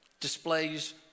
displays